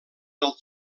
del